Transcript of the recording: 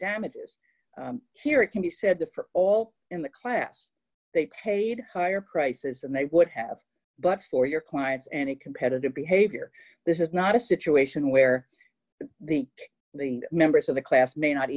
damages here it can be said for all in the class they paid higher prices than they would have but for your clients and a competitive behavior this is not a situation where the the members of the class may not